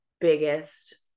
biggest